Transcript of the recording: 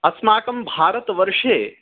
अस्माकं भारतवर्षे